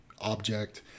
object